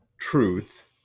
truth